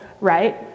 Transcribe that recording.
right